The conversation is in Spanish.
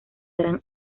gran